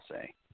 say